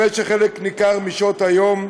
במשך חלק ניכר משעות היום,